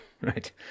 right